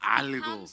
algo